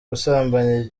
gusambanya